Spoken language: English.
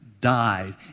died